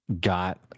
got